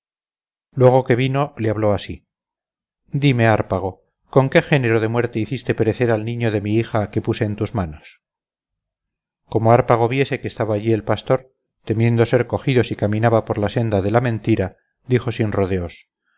luego que vino le habló así dime hárpago con qué género de muerte hiciste perecer al niño de mi hija que puse en tus manos como hárpago viese que estaba allí el pastor temiendo ser cogido si caminaba por la senda de la mentira dijo sin rodeos